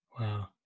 Wow